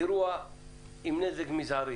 אירוע עם נזק מזערי